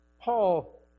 Paul